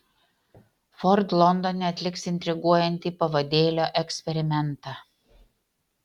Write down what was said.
ford londone atliks intriguojantį pavadėlio eksperimentą